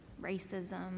racism